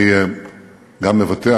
אני גם מבטא,